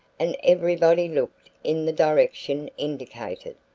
and everybody looked in the direction indicated.